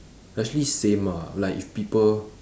actually same ah like if people